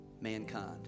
mankind